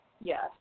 Yes